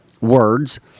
words